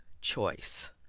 choice